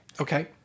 Okay